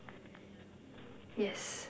yes